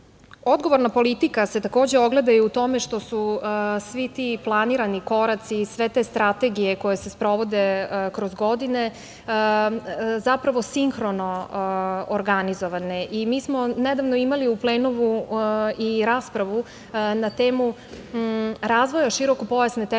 finansije. Odgovorna politika se, takođe, ogleda i u tome što su svi ti planirani koraci i sve te strategije koje se sprovode kroz godine, zapravo, sinhrono organizovane. Mi smo nedavno imali u plenumu i raspravu na temu – Razvoja širokopojasne telekomunikacione